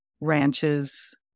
ranches